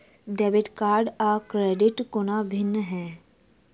Debit card आ credit कोना भिन्न है?